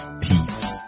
peace